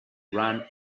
run